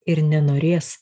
ir nenorės